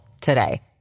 today